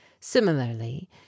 similarly